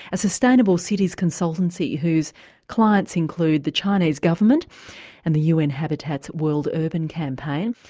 a sustainable cities consultancy whose clients include the chinese government and the un habitat's world urban campaign.